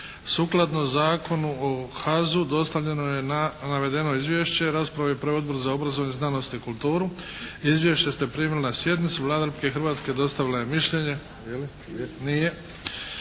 Sukladno Zakonu o HAZU dostavljeno je na navedeno Izvješće. Raspravu je proveo Odbor za obrazovanje, znanost i kulturu. Izvješća ste primili na sjednici. Vlada Republike Hrvatske dostavila je mišljenje. Je